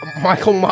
Michael